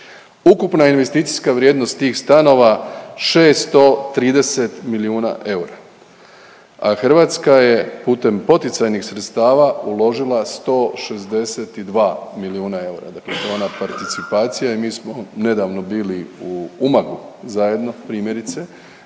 Ukupna investicijska vrijednost tih stanova 630 milijuna eura, a Hrvatska je putem poticajnih sredstava uložila 162 milijuna eura, dakle to je ona participacija i mi smo nedavno bili u Umagu zajedno primjerice